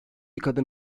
kadın